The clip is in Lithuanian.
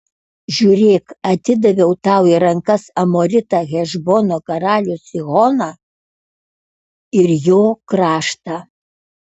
žiūrėk atidaviau tau į rankas amoritą hešbono karalių sihoną ir jo kraštą